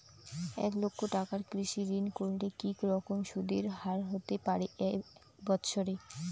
এক লক্ষ টাকার কৃষি ঋণ করলে কি রকম সুদের হারহতে পারে এক বৎসরে?